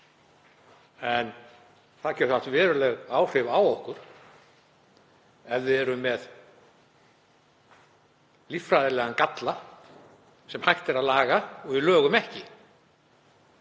en það getur haft veruleg áhrif á okkur ef við erum með líffræðilegan galla sem hægt er að laga og við lögum hann